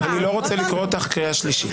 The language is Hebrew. טלי גוטליב, אני לא רוצה לקרוא אותך קריאה שלישית.